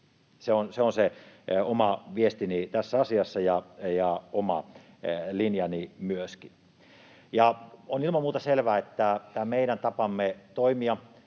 Se on oma viestini tässä asiassa ja oma linjani myöskin. On ilman muuta selvää, että tätä meidänkin tapaamme toimia